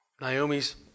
Naomi's